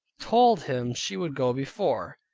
told him she would go before,